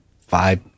five